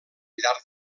llarg